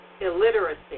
illiteracy